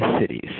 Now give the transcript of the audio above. Cities